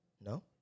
No